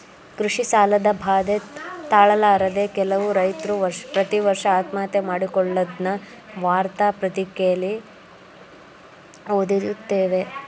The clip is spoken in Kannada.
ಕೃಷಿ ಸಾಲದ ಬಾಧೆ ತಾಳಲಾರದೆ ಕೆಲವು ರೈತ್ರು ಪ್ರತಿವರ್ಷ ಆತ್ಮಹತ್ಯೆ ಮಾಡಿಕೊಳ್ಳದ್ನ ವಾರ್ತಾ ಪತ್ರಿಕೆಲಿ ಓದ್ದತಿರುತ್ತೇವೆ